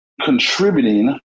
contributing